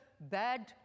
bad